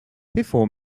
before